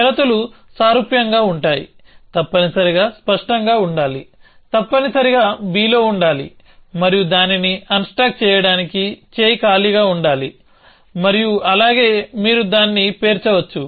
షరతులు సారూప్యంగా ఉంటాయి తప్పనిసరిగా స్పష్టంగా ఉండాలి తప్పనిసరిగా b లో ఉండాలి మరియు దానిని అన్స్టాక్ చేయడానికి చేయి ఖాళీగా ఉండాలి మరియు అలాగే మీరు దాన్ని పేర్చవచ్చు